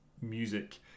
music